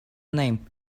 name